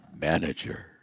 manager